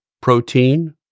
protein